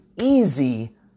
easy